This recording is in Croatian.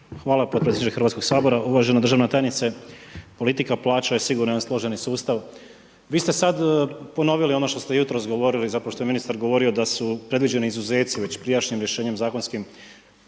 Hvala potpredsjedniče HS-a. Uvažena državna tajnice, politika plaća je sigurno jedan složeni sustav. Vi ste sad ponovili ono što ste jutros govorili, zapravo, što je ministar govorio da su predviđeni izuzeci već prijašnjim rješenjem zakonskim